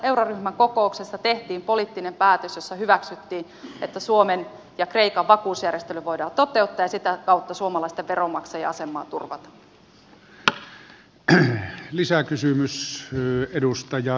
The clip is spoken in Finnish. euroryhmän kokouksessa tehtiin poliittinen päätös jossa hyväksyttiin että suomen ja kreikan vakuusjärjestely voidaan toteuttaa ja sitä kautta suomalaisten veronmaksajien asemaa turvata